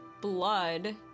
blood